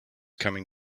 coming